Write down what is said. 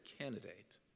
candidate